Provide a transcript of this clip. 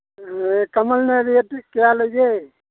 ꯀꯃꯟꯅ ꯔꯦꯠꯇꯤ ꯀꯌꯥ ꯂꯩꯒꯦ